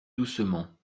doucement